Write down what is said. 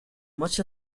much